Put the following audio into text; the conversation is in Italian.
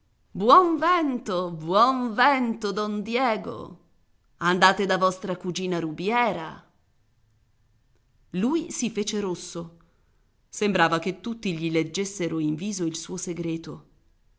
buon vento buon vento don diego andate da vostra cugina rubiera lui si fece rosso sembrava che tutti gli leggessero in viso il suo segreto